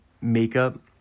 makeup